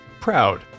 proud